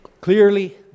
clearly